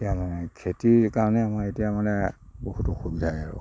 এতিয়া আমাৰ খেতিৰ কাৰণে আমাৰ এতিয়া মানে বহুত অসুবিধাই আৰু